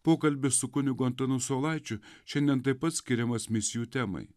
pokalbis su kunigu antanu saulaičiu šiandien taip pat skiriamas misijų temai